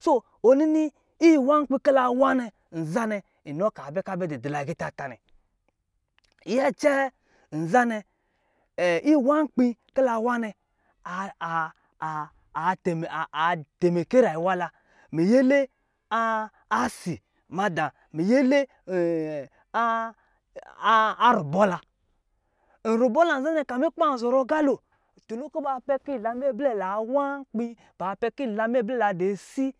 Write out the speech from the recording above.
Soo, ɔ nini iwā nkpi ki la wā nɛ nzanɛ, inɔ kaa bɛ ka bɛ dɔ dila agitā ta nɛ. Nyɛ cɛɛ, nzanɛ, iwā nkpi ki la wā nɛ, a a a a tɛmɛ- tɛmɛkɛ rayuwla, miyɛlɛ a a si madāā, miyɛlɛ a a a rubɔ la. N rubɔ la nzanɛ kamin kuba zɔrɔ agalo, tunu kɔ̄ ba pɛ kɔ̄ la minyɛ blɛ la wā nkpi, ba pɛ ki la minyɛ blɛ la di asi